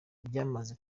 byamaze